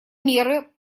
меры